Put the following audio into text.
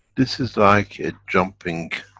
this is like a jumping